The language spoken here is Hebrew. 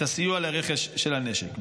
את הסיוע לרכש של הנשק.